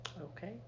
Okay